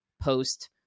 post